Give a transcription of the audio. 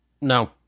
No